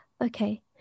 Okay